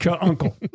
uncle